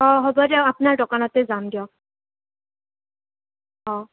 অঁ হ'ব দিয়ক আপোনাৰ দোকানতে যাম দিয়ক অঁ